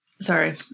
sorry